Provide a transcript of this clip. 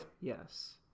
Yes